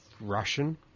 Russian